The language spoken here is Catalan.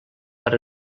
per